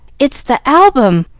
it's the album!